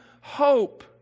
hope